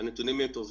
תודה